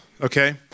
okay